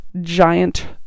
giant